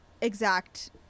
exact